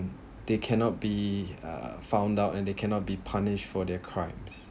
they cannot be uh found out and they cannot be punish for their crimes